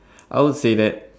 I would say that